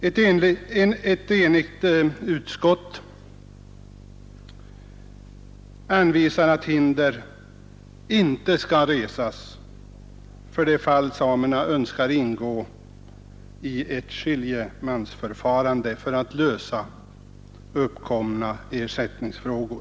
Ett enigt utskott uttalar att hinder inte skall resas för det fall samerna önskar ett skiljemansförfarande för att lösa uppkomna ersättningsfrågor.